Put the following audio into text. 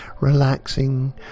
relaxing